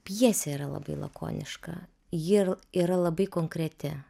pjesė yra labai lakoniška ji yra labai konkreti